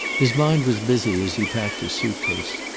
his mind was busy as he packed his suitcase.